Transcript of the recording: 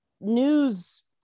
news